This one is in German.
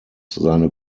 seine